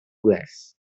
glass